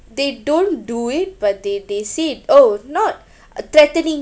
they don't do it but they they said oh not a threatening